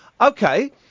Okay